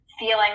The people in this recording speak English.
feeling